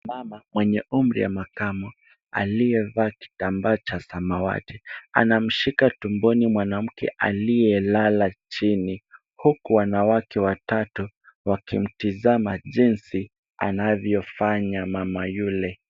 Mama mwenye umri ya makamu aliyevaa kitambaa cha samawati, anamshika tumboni mwanamke aliyelala chini, huku wanawake watatu wakimtazama jinsi anavyofanya mama yule.